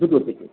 দুটো থেকে